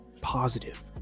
positive